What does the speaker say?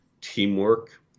teamwork